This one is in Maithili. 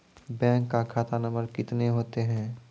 बैंक का खाता नम्बर कितने होते हैं?